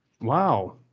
Wow